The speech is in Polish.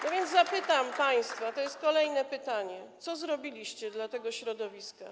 No więc zapytam państwa, to jest kolejne pytanie: Co zrobiliście dla tego środowiska?